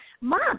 Mom